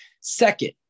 Second